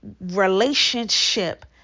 relationship